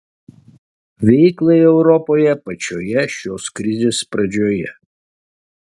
veiklai europoje pačioje šios krizės pradžioje